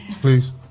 please